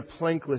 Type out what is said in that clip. plankless